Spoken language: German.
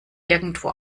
irgendwo